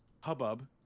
hubbub